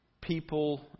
people